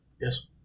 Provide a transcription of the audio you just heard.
Yes